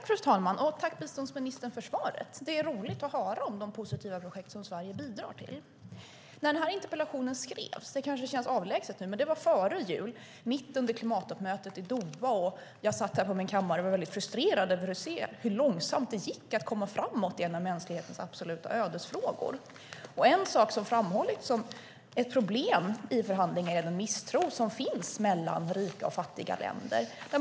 Fru talman! Tack, biståndsministern, för svaret! Det är roligt att höra om de positiva projekt som Sverige bidrar till. Den här interpellationen skrevs före jul - det kanske känns avlägset nu - mitt under klimattoppmötet i Doha. Jag satt här på min kammare och var väldigt frustrerad över att se hur långsamt det gick att komma framåt i en av mänsklighetens absoluta ödesfrågor. En sak som har framhållits som ett problem i förhandlingarna är den misstro som finns mellan rika och fattiga länder.